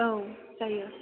औ जायो